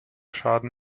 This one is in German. schaden